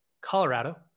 Colorado